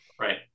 Right